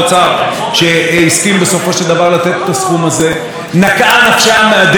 נקעה נפשם מהדרך שבה שרת התרבות ניהלה את הדיונים סביב החוק הזה.